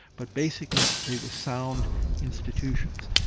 but basically they were sound institutions.